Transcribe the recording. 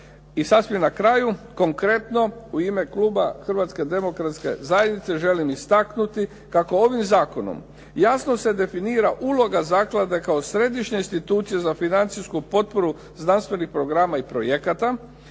I sasvim na kraju konkretno, u ime kluba Hrvatske demokratske zajednice želim istaknuti kako ovim zakonom, jasno se definira uloga zaklade kao središnja institucija za financijsku potporu znanstvenih programa i projekata,